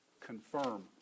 confirm